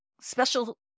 special